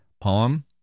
poem